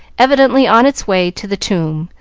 evidently on its way to the tomb,